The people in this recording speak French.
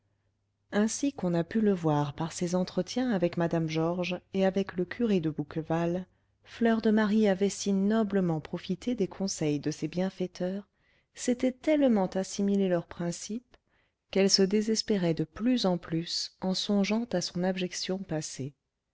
ainsi qu'on a pu le voir par ses entretiens avec mme georges et avec le curé de bouqueval fleur de marie avait si noblement profité des conseils de ses bienfaiteurs s'était tellement assimilé leurs principes qu'elle se désespérait de plus en plus en songeant à son abjection passée